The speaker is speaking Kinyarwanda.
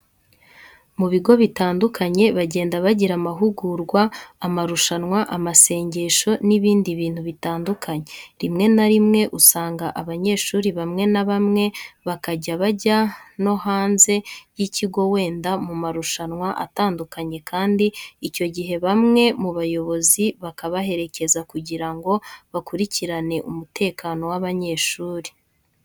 Mu bigo bitandukanye bagenda bagira amahugurwa, amarushanwa, amasengesho se n'ibindi bintu bitandukanye, rimwe na rimwe ugasanga abanyeshuri bamwe na bamwe bakajya bajya no hanze y'ikigo wenda mu marushanwa atandukanye kandi icyo gihe bamwe mu bayobozi bakabaherekeza kugira ngo bakurikirane umutekano w'abanyeshuri.